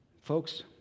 folks